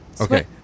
okay